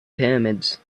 pyramids